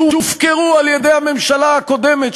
שהופקרו על-ידי הממשלה הקודמת,